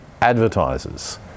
advertisers